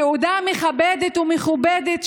סעודה מכבדת ומכובדת,